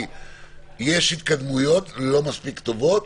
כי יש התקדמויות לא מספיק טובות,